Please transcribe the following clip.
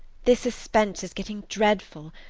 this suspense is getting dreadful.